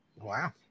Wow